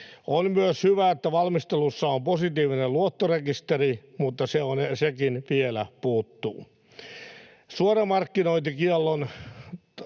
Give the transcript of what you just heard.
On myös hyvä, että valmistelussa on positiivinen luottorekisteri, mutta sekin vielä puuttuu. Suoramarkkinointikiellon